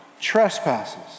trespasses